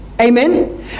Amen